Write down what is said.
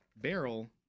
Barrel